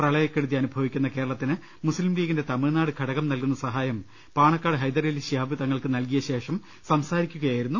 പ്രളയ ക്കെടുതിയനുഭവിക്കുന്ന ക്രേളത്തിന് മുസ്ലീംലീഗിന്റെ തമിഴ് നാട് ഘടകം നൽകുന്ന സഹായം പാണക്കാട് ഹൈദരലി ശിഹാബ് തങ്ങൾക്ക് നൽകിയ ശേഷം സംസാരിക്കുകയായിരുന്നു അദ്ദേഹം